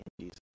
Jesus